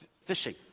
Fishing